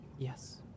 Yes